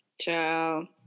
Ciao